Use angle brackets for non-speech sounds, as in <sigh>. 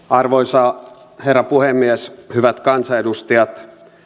<unintelligible> arvoisa herra puhemies hyvät kansanedustajat